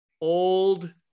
old